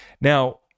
Now